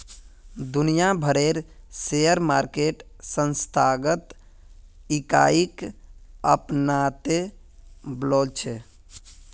दुनिया भरेर share market संस्थागत इकाईक अपनाते वॉल्छे